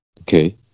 Okay